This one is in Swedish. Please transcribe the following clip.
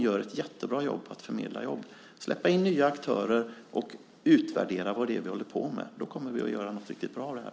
Genom att släppa in nya aktörer och utvärdera det vi håller på med kommer vi att göra något riktigt bra av det här.